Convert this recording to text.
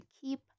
keep